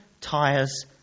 tires